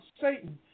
Satan